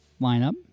lineup